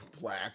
Black